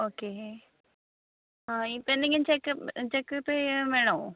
okay ആ ഇപ്പോൾ എന്തെങ്കിലും ചെക്കപ്പ് ചെക്കപ്പ് ചെയ്യാൻ വേണോ